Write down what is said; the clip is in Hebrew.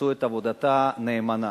עשו את עבודתם נאמנה.